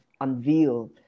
unveil